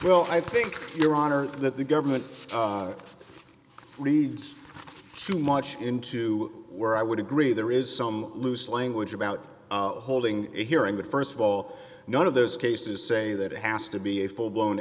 well i think your honor that the government reads too much into where i would agree there is some loose language about holding a hearing but st of all none of those cases say that it has to be a full blown